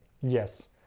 yes